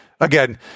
again